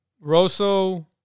Rosso